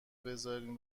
بذارین